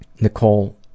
Nicole